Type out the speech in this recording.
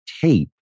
tape